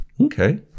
Okay